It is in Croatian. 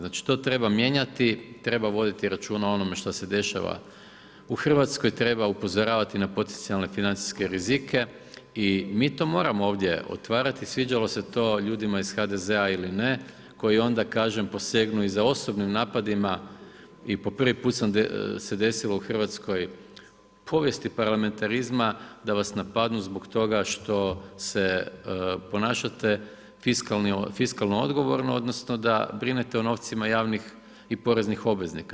Znači to treba mijenjati, treba voditi računa o onome što se dešava u Hrvatskoj, treba upozoravati, na potencijalne financijske rizike i mi to moramo ovdje otvarati, sviđalo se to ljudima iz HDZ- a ili ne, koji onda, kažem, posegnu i za osobnim napadima i po prvi put se desilo u Hrvatskoj povijesti parlamentarizma da vas napadnu zbog toga što se ponašate fiskalno odgovorno, odnosno, da brinete o novcima javnih i poreznih obveznika.